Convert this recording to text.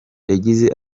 yagize